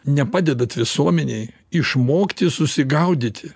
nepadedat visuomenei išmokti susigaudyti